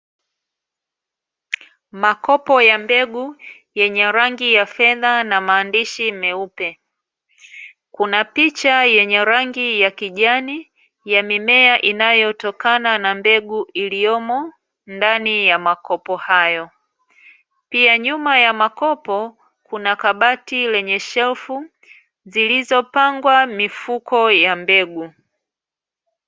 Makopo ya mbegu, yenye rangi ya fedha na maandishi meupe, kuna picha yenye rangi ya kijani ya mimea inayotokana na mbegu iliyomo ndani ya makopo hayo, pia nyuma ya makopo kuna kabati lenye shelufu zilizopangwa mifuko ya mbegu.